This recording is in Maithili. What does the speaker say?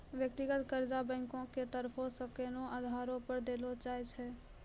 व्यक्तिगत कर्जा बैंको के तरफो से कोनो आधारो पे देलो जाय छै